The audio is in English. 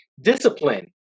discipline